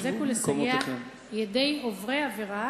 ולסייע ידי עוברי עבירה,